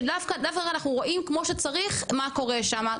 שדווקא אנחנו רואים כמו שצריך מה קורה שם,